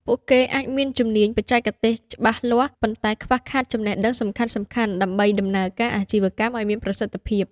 ពួកគេអាចមានជំនាញបច្ចេកទេសច្បាស់លាស់ ប៉ុន្តែខ្វះខាតចំណេះដឹងសំខាន់ៗដើម្បីដំណើរការអាជីវកម្មឱ្យមានប្រសិទ្ធភាព។